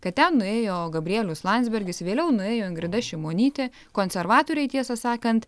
kad ten nuėjo gabrielius landsbergis vėliau nuėjo ingrida šimonytė konservatoriai tiesą sakant